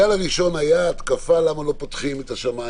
בגל הראשון של הביקורת הייתה התקפה על למה לא פותחים את השמיים,